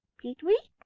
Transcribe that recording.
peet-weet!